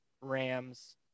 Rams